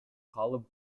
калып